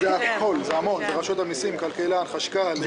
זה הכול זה רשות המסים, כלכלה, חשכ"ל.